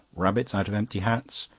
rabbits out of empty hats?